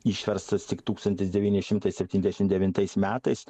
išverstas tik tūkstantis devyni šimtai septyniasdešim devintais metais